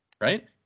right